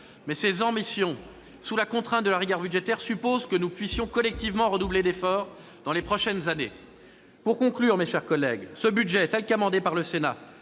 Mais cette ambition, sous la contrainte de la rigueur budgétaire, suppose que nous puissions collectivement redoubler d'efforts dans les prochaines années. Pour conclure, mes chers collègues, ce budget, tel que l'a amendé le Sénat,